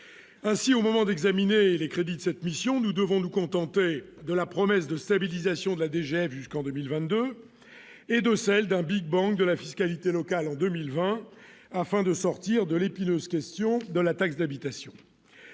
ainsi au moment d'examiner les crédits de cette mission, nous devons nous contenter de la promesse de stabilisation de la DGF jusqu'en 2022, et de celle d'un Big bang de la fiscalité locale en 2020 afin de sortir de l'épineuse question de la taxe d'habitation